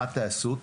מה תעשו?